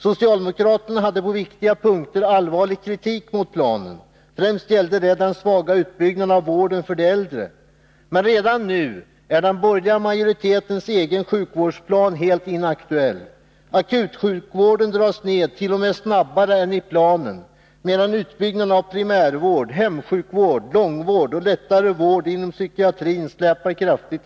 Socialdemokraterna riktade på viktiga punkter allvarlig kritik mot planen — främst gällde det den svaga utbyggnaden av vården för de äldre. Men redan nu är den borgerliga majoritetens egen sjukvårdsplan helt inaktuell. Akutsjukvården dras ned, t.o.m. snabbare än i planen, medan utbyggnaden av primärvård, hemsjukvård, långvård och lättare vård inom psykiatrin släpar efter kraftigt.